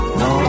no